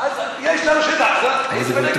אבל זה כבר תוכנן.